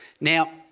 Now